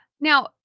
Now